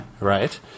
Right